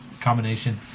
combination